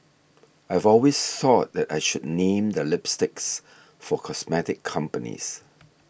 I've always thought that I should name the lipsticks for cosmetic companies